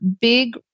big